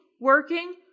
working